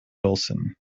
wilson